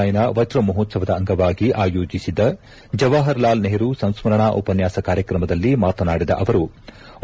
ಐನ ವಜ್ರ ಮಹೋತ್ತವದ ಅಂಗವಾಗಿ ಆಯೋಜಿಸಿದ್ದ ಜವಾಪರ್ ಲಾಲ್ ನೆಹರೂ ಸಂಸ್ಗರಣಾ ಉಪನ್ನಾಸ ಕಾರ್ಯಕ್ರಮದಲ್ಲಿ ಮಾತನಾಡಿದ ಅವರು ಒ